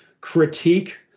critique